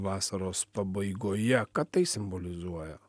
vasaros pabaigoje ką tai simbolizuoja